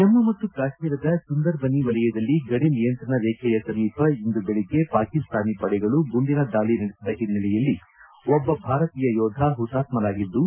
ಜಮ್ನು ಮತ್ತು ಕಾಶ್ನೀರದ ಸುಂದರ್ಬನಿ ವಲಯದಲ್ಲಿ ಗಡಿನಿಯಂತ್ರಣ ರೇಖೆಯ ಸಮೀಪ ಇಂದು ಬೆಳಗ್ಗೆ ಪಾಕಿಸ್ತಾನಿ ಪಡೆಗಳು ಗುಂಡಿನ ದಾಳಿ ನಡೆಸಿದ ಹಿನ್ನೆಲೆಯಲ್ಲಿ ಒಬ್ಬ ಭಾರತೀಯ ಯೋಧ ಹುತಾತ್ದನಾಗಿದ್ದು